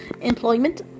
employment